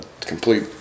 complete